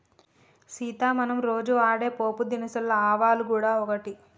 సీత మనం రోజు వాడే పోపు దినుసులలో ఆవాలు గూడ ఒకటి